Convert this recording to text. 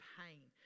pain